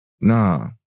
nah